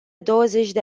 douăzeci